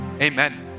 Amen